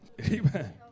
Amen